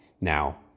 Now